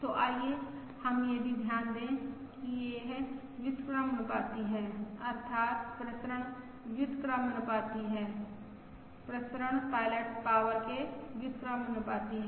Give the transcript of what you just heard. तो आइए हम यह भी ध्यान दें कि यह व्युत्क्रमानुपाती है अर्थात प्रसरण व्युत्क्रमानुपाती है प्रसरण पायलट पाॅवर के व्युत्क्रमानुपाती है